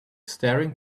staring